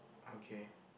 okay